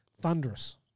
thunderous